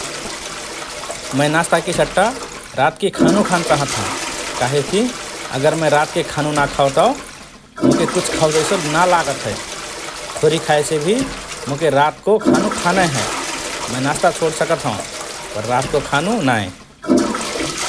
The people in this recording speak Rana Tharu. मए नास्ताकि सट्टा रातकि खानु खान चाहत हओं काहेकि अगर मए रातके खानु ना खाओ तओ मोके कुछ खाओ जैसो ना लागत हए । थोरि खाएसे भि मोके रातको खानु खानए हए । मए नास्ता छोड सकत हओं पर रातको खानु नाए ।